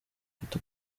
ufite